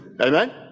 Amen